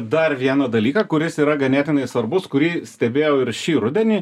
dar vieną dalyką kuris yra ganėtinai svarbus kurį stebėjau ir šį rudenį